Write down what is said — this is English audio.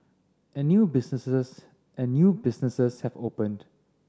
and new businesses and new businesses have opened